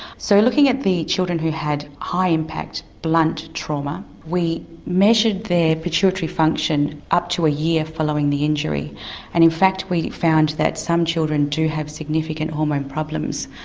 so looking at the children who had high impact blunt trauma we measured their pituitary function up to a year following the injury and in fact we found that some children do have significant hormone problems.